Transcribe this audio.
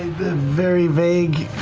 the very vague,